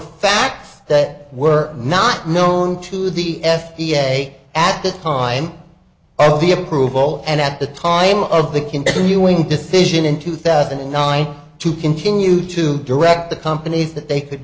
facts that were not known to the f d a at the time the approval and at the time of the continuing decision in two thousand and nine to continue to direct the companies that they could